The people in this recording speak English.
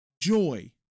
joy